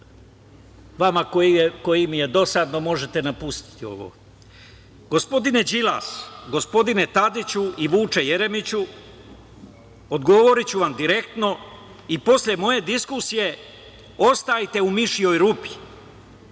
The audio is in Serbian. Vama kome je dosadno možete napustiti. Gospodin Đilasu, gospodine Tadiću i Vuče Jeremiću odgovoriću vam direktno i posle moje diskusije ostajte u mišijoj rupi